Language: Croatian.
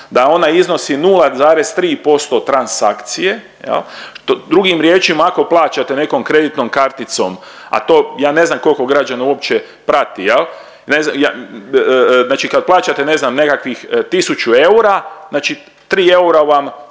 da ona iznosi 0,3% od transakcije, što drugim riječima ako plaćate nekom kreditnom karticom, a to ja ne znam koliko građana uopće prati jel, znači kad plaćate ne znam nekakvih tisuću eura, znači 3 eura vam,